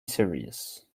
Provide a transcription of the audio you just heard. series